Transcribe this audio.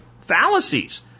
fallacies